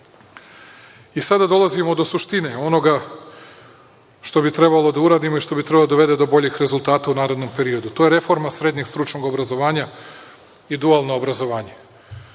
sada dolazimo do suštine onoga što bi trebalo da uradimo i što bi trebalo da dovede do boljih rezultata u narednom periodu. To je reforma srednjeg stručnog obrazovanja i dualno obrazovanje.